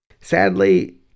Sadly